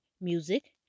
music